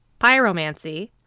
pyromancy